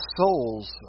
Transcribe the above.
souls